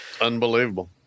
Unbelievable